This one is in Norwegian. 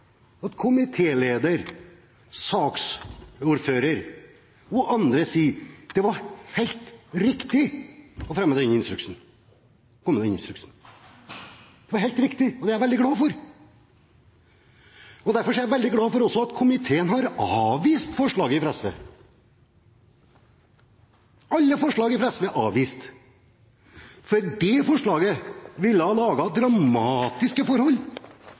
og andre sier at det var helt riktig å komme med instruksen – det var helt riktig. Det er jeg veldig glad for. Derfor er jeg også veldig glad for at komiteen har avvist forslaget fra SV. Alle forslag fra SV er avvist. Det forslaget ville ha laget dramatiske forhold